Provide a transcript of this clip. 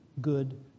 good